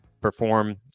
perform